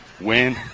win